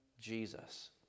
Jesus